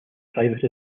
private